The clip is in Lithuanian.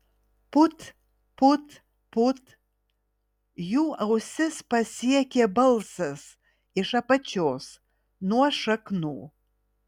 put put put jų ausis pasiekė balsas iš apačios nuo šaknų